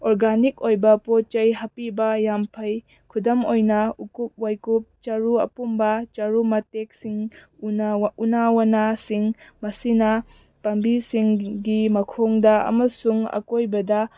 organic ꯑꯣꯏꯕ ꯄꯣꯠ ꯆꯩ ꯍꯥꯞꯄꯤꯕ ꯌꯥꯝ ꯐꯩ ꯈꯨꯗꯝ ꯑꯣꯏꯅ ꯎꯀꯨꯞ ꯋꯥꯏꯀꯨꯞ ꯆꯔꯨ ꯑꯄꯨꯝꯕ ꯆꯔꯨ ꯃꯇꯦꯛꯁꯤꯡ ꯎꯅꯥ ꯋꯅꯥꯁꯤꯡ ꯃꯁꯤꯅ ꯄꯥꯝꯕꯤꯁꯤꯡꯒꯤ ꯃꯈꯣꯡꯗ ꯑꯃꯁꯨꯡ ꯑꯀꯣꯏꯕꯗ